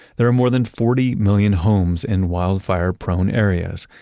there are more than forty million homes in wildfire-prone areas,